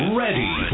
ready